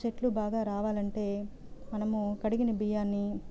చెట్లు బాగా రావాలంటే మనము కడిగిన బియ్యాన్ని